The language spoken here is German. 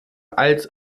als